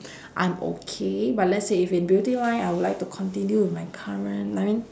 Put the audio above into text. I'm okay but let's say if it beauty line I would like to continue with my current I mean